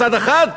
מצד אחד,